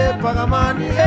pagamani